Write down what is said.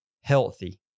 healthy